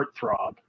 heartthrob